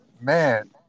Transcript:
man